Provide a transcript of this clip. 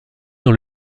dans